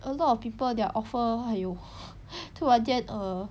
a lot of people their offer !aiyo! 突然间 err